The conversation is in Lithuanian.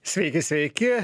sveiki sveiki